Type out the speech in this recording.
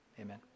Amen